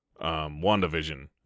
WandaVision